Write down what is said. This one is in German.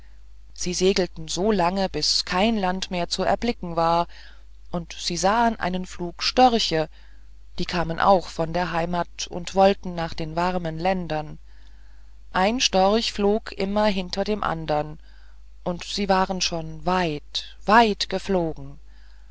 sie segelten so lange bis kein land mehr zu erblicken war und sie sahen einen flug störche die kamen auch von der heimat und wollten nach den warmen ländern ein storch flog immer hinter dem andern und sie waren schon weit weit geflogen